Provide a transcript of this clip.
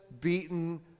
beaten